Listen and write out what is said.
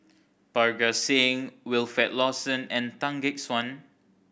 Parga Singh Wilfed Lawson and Tan Gek Suan